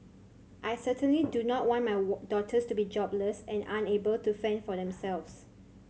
I certainly do not want my daughters to be jobless and unable to fend for themselves